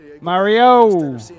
Mario